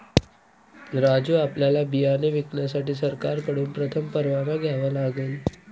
राजू आपल्याला बियाणे विकण्यासाठी सरकारकडून प्रथम परवाना घ्यावा लागेल